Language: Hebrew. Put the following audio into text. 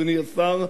אדוני השר,